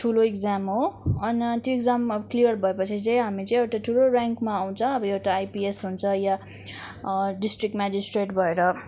ठुलो इक्जाम हो अनि त्यो इक्जाममा क्लियर भयो भने चाहिँ हामी चाहिँ एउटा ठुलो र्याङ्कमा आउँछ अब एउटा आइपिएस हुन्छ या डिस्ट्रिक्ट मेजिस्ट्रेट भएर